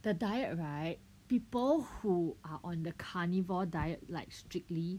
the diet right people who are on the carnivore diet like strictly